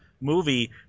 movie